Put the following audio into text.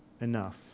enough